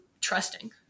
trusting